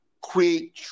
create